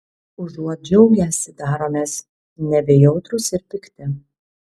užuot džiaugęsi daromės nebejautrūs ir pikti